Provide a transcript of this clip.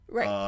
Right